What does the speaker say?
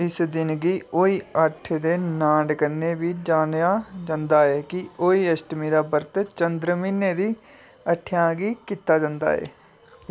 इस दिन गी अहोई आठे दे नांऽ कन्नै बी जानेआ जंदा ऐ की जे अहोई अश्टमी दा बर्त चंद्र म्हीने दी अट्ठेआं गी कीता जंदा ऐ